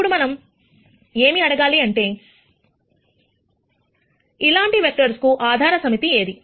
ఇప్పుడు మనం ఏం అడగాలి అంటే ఇలాంటి వెక్టర్స్ కు ఆధార సమితి ఏది